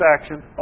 action